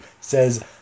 says